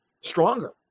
stronger